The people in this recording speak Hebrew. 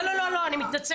לא, לא, לא, אני מתנצלת.